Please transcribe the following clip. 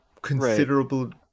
considerable